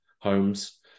homes